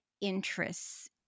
interests